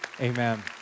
Amen